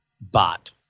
bot